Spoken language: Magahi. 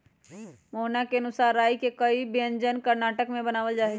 मोहना के अनुसार राई के कई व्यंजन कर्नाटक में बनावल जाहई